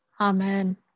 Amen